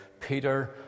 Peter